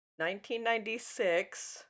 1996